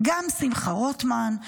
גם שמחה רוטמן,